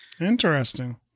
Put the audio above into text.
Interesting